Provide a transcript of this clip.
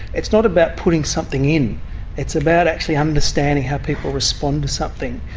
it's not about putting something in it's about actually understanding how people respond to something.